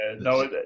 no